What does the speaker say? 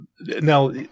now